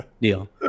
deal